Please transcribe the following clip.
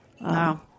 Wow